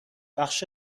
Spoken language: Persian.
بخش